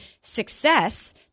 success